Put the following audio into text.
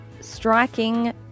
striking